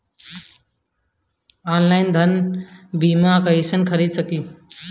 Online धान के बीया कइसे खरीद करी?